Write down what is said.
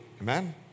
amen